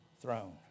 throne